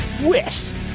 twist